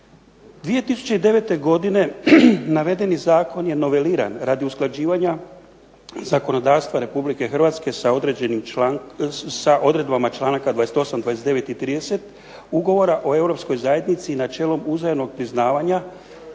2009. godine navedeni zakon je noveliran radi usklađivanja zakonodavstva RH sa odredbama čl. 28., 29. i 30. Ugovora o Europskoj zajednici načelom uzajamnog priznavanja